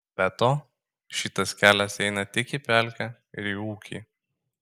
be to šitas kelias eina tik į pelkę ir į ūkį